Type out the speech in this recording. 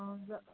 অঁ যা